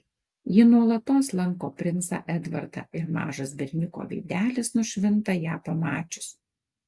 ji nuolatos lanko princą edvardą ir mažas berniuko veidelis nušvinta ją pamačius